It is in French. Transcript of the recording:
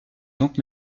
donc